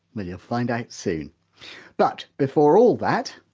well, you'll find out soon but before all that,